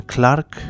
Clark